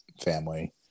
family